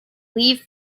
leave